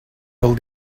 del